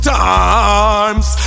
times